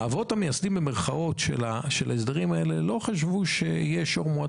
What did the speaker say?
"האבות המייסדים" של ההסדרים האלה לא חשבו שיהיה שור מועד.